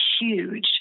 huge